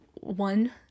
one